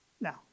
Now